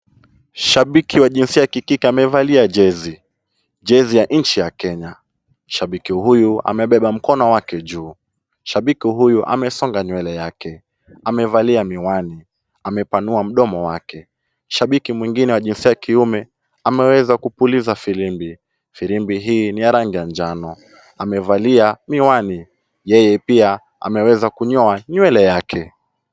Shabiki wa jinsia ya kikike amevalia jezi, jezi ya nchi ya Kenya ,shabiki huyu amebeba mkono wake juu ,shabiki huyu amesonga nywele yake, amevalia miwani ,amepanua mdomo wake shabiki mwingine wa jinsia ya kiume ameweza kupuliza firimbi ,firimbi hii ni ya rangi ya njano, amevalia miwani, yeye pia ameweza kunyoa nywele yake.